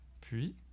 Puis